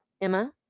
Emma